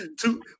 Two